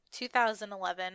2011